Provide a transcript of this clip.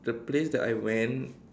the place that I went